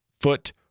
foot